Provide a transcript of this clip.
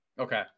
Okay